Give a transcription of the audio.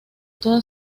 toda